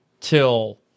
till